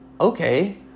okay